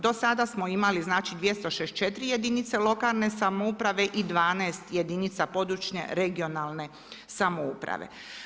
Do sada smo imali 264 jedinica lokalne samouprave i 12 jedinica, područne, regionalne samouprave.